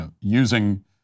using